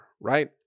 right